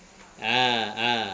ah ah